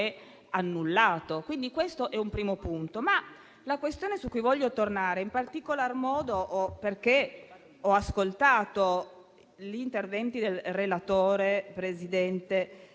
annullato. Questo è un primo punto. La questione su cui voglio tornare, in particolar modo perché ho ascoltato gli interventi del relatore, presidente